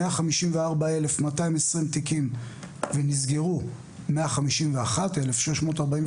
154,220 תיקים ונסגרו 151,649,